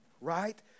Right